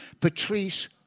Patrice